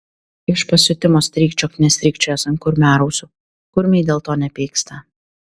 iš pasiutimo strykčiok nestrykčiojęs ant kurmiarausių kurmiai dėl to nepyksta